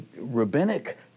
rabbinic